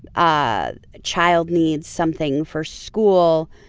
a child needs something for school.